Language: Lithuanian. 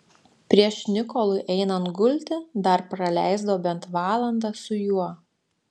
prieš nikolui einant gulti dar praleisdavo bent valandą su juo